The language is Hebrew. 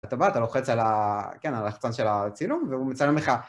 אתה בא, אתה לוחץ על ה... כן, על הלחצן של הצילום, והוא מצלם לך...